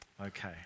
Okay